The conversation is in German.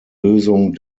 lösung